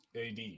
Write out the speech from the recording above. AD